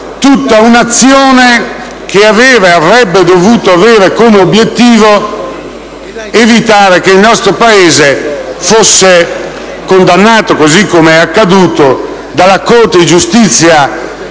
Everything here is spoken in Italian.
tutta un'azione che avrebbe dovuto avere come obiettivo l'evitare che il nostro Paese fosse condannato, così com'è accaduto, dalla Corte di giustizia